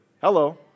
Hello